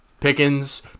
Pickens